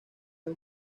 los